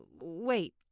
wait